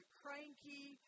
cranky